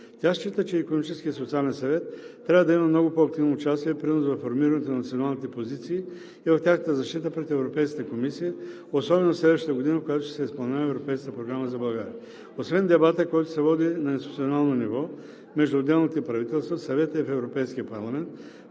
и социален съвет трябва да има много по-активно участие и принос във формирането на националните позиции и в тяхната защита пред Европейската комисия, особено в следващата година, в която ще се изпълнява европейската програма за България. Освен дебата, който се води на институционално ниво между отделните правителства в Съвета и в Европейския парламент,